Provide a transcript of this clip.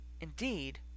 indeed